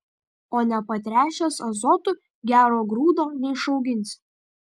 o nepatręšęs azotu gero grūdo neišauginsi